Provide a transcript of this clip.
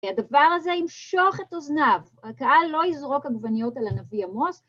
‫והדבר הזה ימשוך את אוזניו. ‫הקהל לא יזרוק עגבניות על הנביא עמוס,